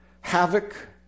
havoc